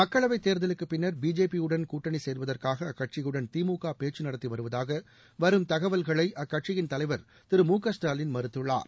மக்களவை தேர்தலுக்குப்பின்னர் பிஜேபியுடன் கூட்டணி சேர்வதற்காக அக்கட்சியுடன் திமுக பேச்சு நடத்தி வருவதாக வரும் தகவல்களை அக்கட்சியின் தலைவர் திரு மு க ஸ்டாலின் மறுத்துள்ளார்